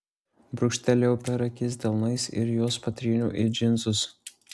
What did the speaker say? brūkštelėjau per akis delnais ir juos patryniau į džinsus